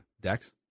Dex